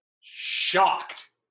shocked